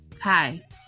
hi